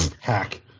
Hack